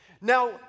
Now